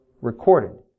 recorded